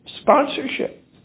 sponsorship